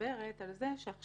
מדברת בעצם על זה שעכשיו